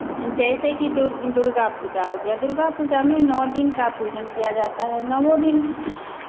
जैसे की दुर् दुर्गा पूजा हो गया दुर्गा पूजा में नौ दिन का पूजन किया जाता है नौवो दिन